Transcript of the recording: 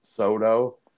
Soto